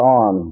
on